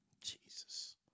Jesus